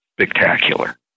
spectacular